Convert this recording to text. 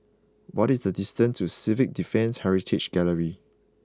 what is the distance to Civil Defence Heritage Gallery